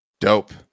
Dope